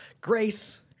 Grace